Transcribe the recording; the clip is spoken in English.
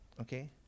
okay